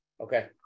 Okay